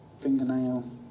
fingernail